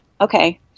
okay